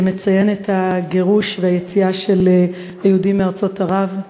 שמציין את הגירוש והיציאה של היהודים מארצות ערב,